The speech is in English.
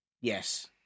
Yes